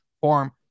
form